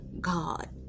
God